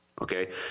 okay